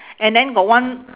and then got one